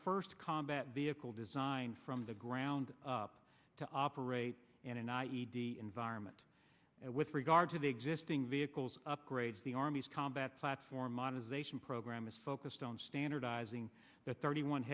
first combat vehicle designed from the ground up to operate in an i e d environment with regard to the existing vehicles upgrades the army's combat platform on ization program is focused on standardizing the thirty one